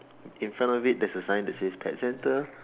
in front of it there's a sign that says pet center